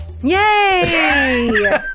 Yay